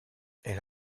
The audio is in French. elle